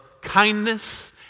kindness